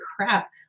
crap